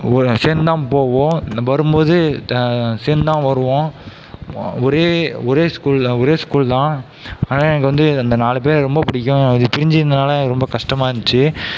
சேர்ந்து தான் போவோம் வரும்போது சேர்ந்து தான் வருவோம் ஒரே ஒரே ஸ்கூல் ஒரே ஸ்கூல் தான் ஆனால் எனக்கு அந்த நாலு பேரை ரொம்ப பிடிக்கும் அது பிரிஞ்சு இருந்ததுனால் ரொம்ப கஷ்டமாக இருந்துச்சு